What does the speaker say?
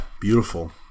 beautiful